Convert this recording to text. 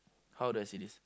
how do I say this